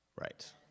Right